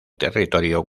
territorio